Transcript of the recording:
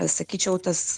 sakyčiau tas